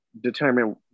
determine